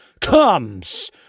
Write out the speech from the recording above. comes